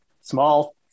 small